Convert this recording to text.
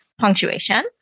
punctuation